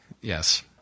Yes